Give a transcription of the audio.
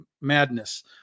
madness